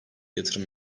yatırım